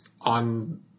on